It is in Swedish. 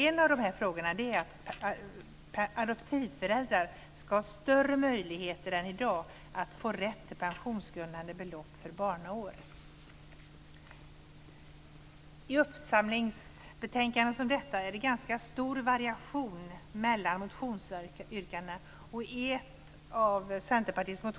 En av de frågorna är att adoptivföräldrar ska ha större möjlighet än i dag att få rätt till pensionsgrundande belopp för barnaår. I ett uppsamlingsbetänkande som detta är det ganska stor variation mellan motionsyrkandena.